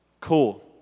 Cool